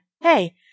Hey